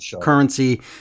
currency